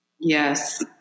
Yes